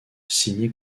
signé